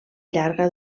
llarga